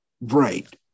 Right